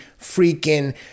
freaking